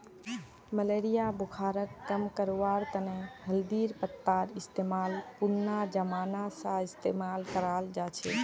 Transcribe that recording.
malaria बुखारक कम करवार तने हल्दीर पत्तार इस्तेमाल पुरना जमाना स इस्तेमाल कराल जाछेक